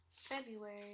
February